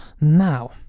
now